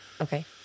Okay